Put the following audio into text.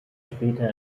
später